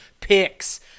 picks